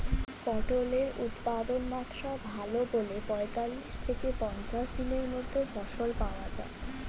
পটলের উৎপাদনমাত্রা ভালো বলে পঁয়তাল্লিশ থেকে পঞ্চাশ দিনের মধ্যে ফসল পাওয়া যায়